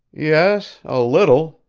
yes, a little,